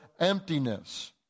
emptiness